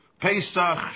Pesach